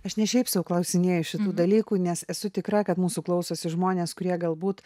aš ne šiaip sau klausinėju šitų dalykų nes esu tikra kad mūsų klausosi žmonės kurie galbūt